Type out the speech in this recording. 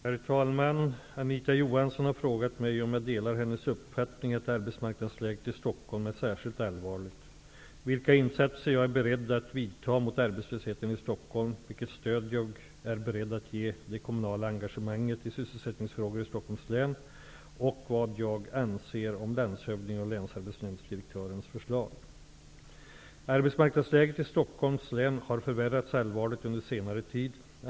Herr talman! Anita Johansson har frågat mig om jag delar hennes uppfattning att arbetsmarknadsläget i Stockholm är särskilt allvarligt; vilka insatser jag är beredd att vidta mot arbetslösheten i Stockholm, vilket stöd jag är beredd att ge det kommunala engagemanget i sysselsättningsfrågor i Stockholms län och vad jag anser om landshövdingens och länsarbetsdirektörens förslag. Arbetsmarknadsläget i Stockholms län har förvärrats allvarligt under senare tid.